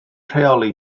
rheoli